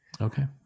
Okay